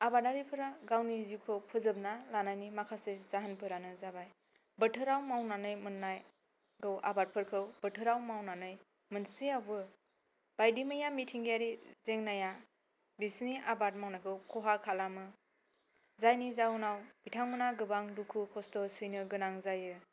आबादारिफोरा गावनि जिउखौ फोजाबना लानायनि माखासे जाहोनफोरानो जाबाय बोथोराव मावनानै मोननाय गौ आबादफोरखौ बोथोराव मावनानै मोनसेयावबो बायदि मैया मिथिंगायारि जेंनाया बिसिनि आबाद मावनायखौ खहा खालामा जायनि जाहोनाव बिथांमोना गोबां खस्थ सैनो गोनां जायो